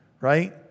right